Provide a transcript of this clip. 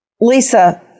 Lisa